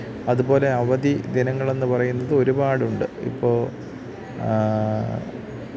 അതുപോലെ അവധി ദിനങ്ങളെന്ന് പറയുന്നത് ഒരുപാടുണ്ട് ഇപ്പോള്